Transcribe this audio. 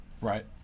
Right